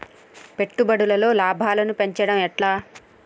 పెట్టుబడులలో లాభాలను పెంచడం ఎట్లా?